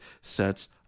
sets